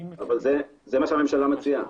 זה מה שהממשלה מציעה.